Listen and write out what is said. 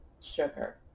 sugar